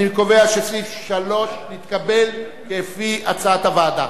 אני קובע שסעיף 3 נתקבל, כפי הצעת הוועדה.